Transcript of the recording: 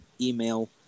email